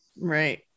Right